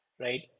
right